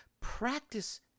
Practice